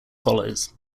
follows